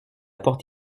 porte